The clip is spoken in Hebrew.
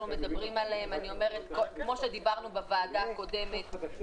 מדברים פה על תקציב, תקציב, תקציב.